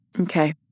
Okay